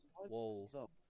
Whoa